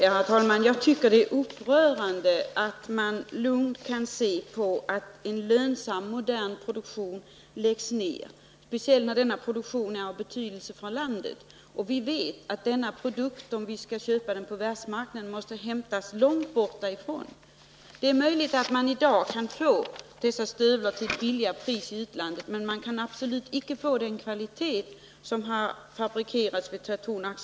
Herr talman! Jag tycker det är upprörande att man lugnt kan se på hur en lönsam och modern produktion läggs ned, speciellt med tanke på att denna produktion är av betydelse för landet. Vi vet dessutom att produktionen, om vi skall köpa den på världsmarknaden, måste hämtas från länder som ligger långt borta. Det är möjligt att man i dag kan få dessa stövlar till ett lägre pris i utlandet, men man kan då absolut icke få den kvalitet som tillverkas vid Tretorn AB.